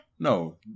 No